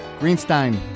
Greenstein